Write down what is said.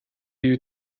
you